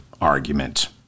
argument